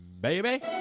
baby